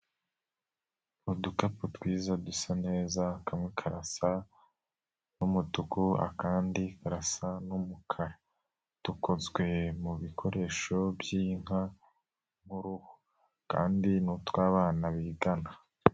Udukapu twiza dusa neza kamwe kasa n'umutuku akandi karasa n'umukara, dukozwe mubikoresho by'inka nk'uruhu kandi ni utw'abana bigana.